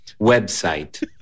website